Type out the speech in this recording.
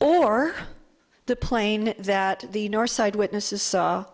or the plane that the north side witnesses saw